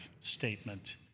statement